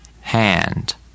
hand